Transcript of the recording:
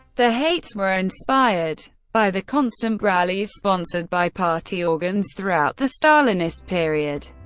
the hates were inspired by the constant rallies sponsored by party organs throughout the stalinist period.